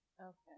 Okay